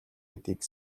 гэдгийг